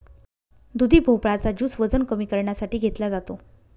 दुधी भोपळा चा ज्युस वजन कमी करण्यासाठी घेतला जातो